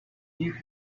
give